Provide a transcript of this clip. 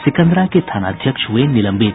सिकंदरा के थानाध्यक्ष हुये निलंबित